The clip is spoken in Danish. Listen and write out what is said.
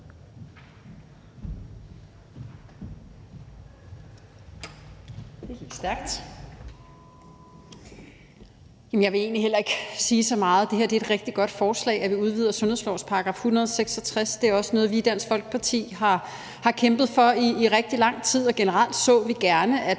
Mette Thiesen (DF): Jeg vil egentlig heller ikke sige så meget. Det er et rigtig godt forslag, at vi udvider sundhedslovens § 166. Det er også noget, som vi i Dansk Folkeparti har kæmpet for i rigtig lang tid. Generelt så vi gerne, at